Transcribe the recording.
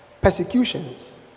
persecutions